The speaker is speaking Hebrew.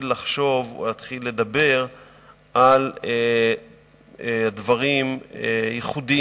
לחשוב או להתחיל לדבר על דברים ייחודיים.